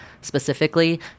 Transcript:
specifically